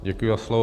Děkuji za slovo.